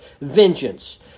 vengeance